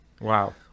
Wow